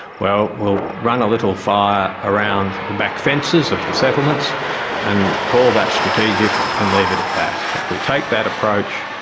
well, we'll run a little fire around the back fences of the settlements and call that strategic and leave it at that. if we take that approach,